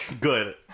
Good